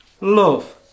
love